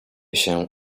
się